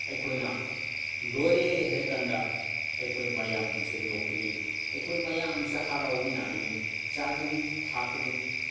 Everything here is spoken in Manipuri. ꯑꯩꯈꯣꯏꯅ ꯂꯣꯏꯔꯦ ꯍꯥꯏꯔ ꯀꯥꯟꯗ ꯑꯩꯈꯣꯏ ꯃꯌꯥꯝꯁꯦ ꯅꯣꯛꯀꯅꯤ ꯑꯩꯈꯣꯏ ꯃꯌꯥꯝꯁꯦ ꯍꯔꯥꯎꯃꯤꯟꯅꯒꯅꯤ ꯆꯥꯒꯅꯤ ꯊꯛꯀꯅꯤ